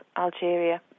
Algeria